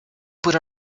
put